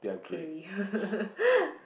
okay